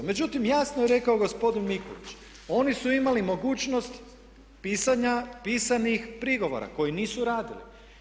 Međutim jasno je rekao gospodin Mikulić, oni su imali mogućnost pisanja pisanih prigovora koji nisu radili.